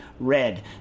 red